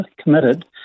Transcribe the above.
committed